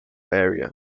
area